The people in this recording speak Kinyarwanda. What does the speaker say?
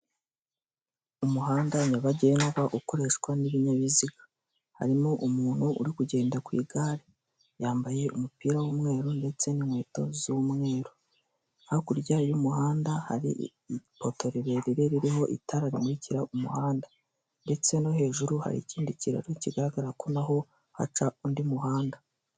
Umuhanda nyabagendwa ukoreshwa n'ibinyabiziga, harimo umuntu uri kugenda ku igare, yambaye umupira w'umweru ndetse n'inkweto z'umweru, hakurya y'umuhanda hari ipoto rirerire ririho itara rimurika umuhanda, ndetse no hejuru hari ikindi kiraro kigaragara ko naho haca undi muhanda.